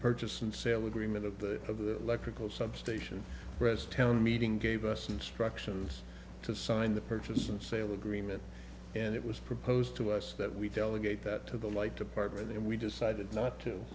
purchase and sale agreement of the of the electrical substation rest town meeting gave us instructions to sign the purchase and sale agreement and it was proposed to us that we delegate that to the like department and we decided not to